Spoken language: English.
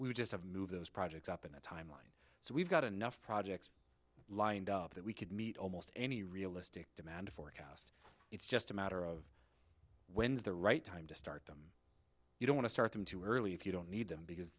move we just have move those projects up in a timeline so we've got enough projects lined up that we could meet almost any realistic demand fork out it's just a matter of when's the right time just you don't want to start them too early if you don't need them because